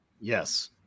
yes